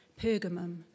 Pergamum